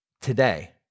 today